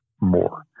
more